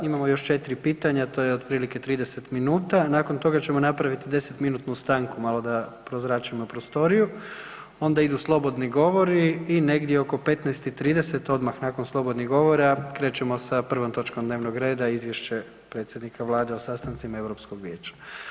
Imamo još 4 pitanja, to je otprilike 30 minuta, nakon toga ćemo napraviti 10 minutnu stanku malo da prozračimo prostoriju, onda idu slobodni govori i negdje oko 15 i 30 odmah nakon slobodnih govora krećemo sa prvom točkom dnevnog reda Izvješće predsjednika vlade o sastancima Europskog vijeća.